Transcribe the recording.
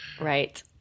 Right